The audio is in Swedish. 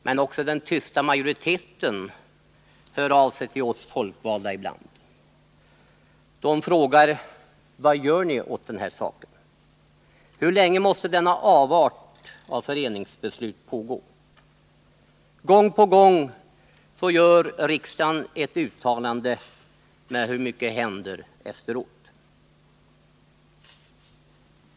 Men också den tysta majoriteten hör av sig till oss folkvalda ibland och frågar: Vad gör ni åt den här saken? Hur länge måste denna avart av föreningsbeslut pågå? Gång på gång gör riksdagen ett uttalande, men hur mycket händer efteråt?